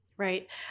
Right